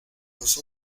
los